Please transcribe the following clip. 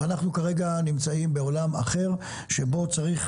אנחנו כרגע נמצאים בעולם אחר שבו צריך